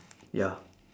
ya